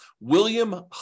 William